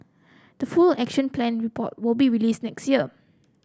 the full Action Plan report will be released next year